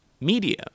media